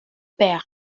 pères